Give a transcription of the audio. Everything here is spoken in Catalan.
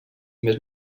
més